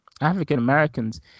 African-Americans